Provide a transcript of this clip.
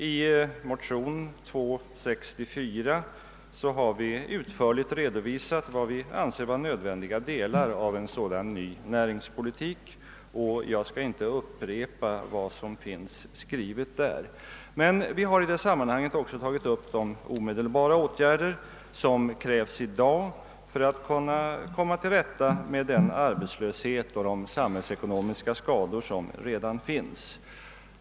I motionen nr II: 64 har vi utförligt redovisat vad vi anser vara nödvändiga delar av en sådan ny näringspolitik, och jag skall inte upprepa vad som finns skrivet där. Vi har i det sammanhanget också tagit upp de omedelbara åtgärder som krävs i dag för att undanröja den arbetslöshet och de samhällsekonomiska skador som redan finns.